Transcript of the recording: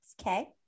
Okay